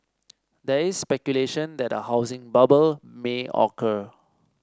there is speculation that a housing bubble may occur